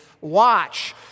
Watch